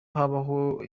habaho